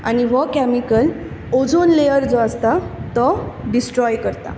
आनी हो chemical ozone layer जो आसता तो डिस्ट्रॉय करता